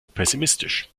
pessimistisch